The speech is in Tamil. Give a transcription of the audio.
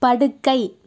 படுக்கை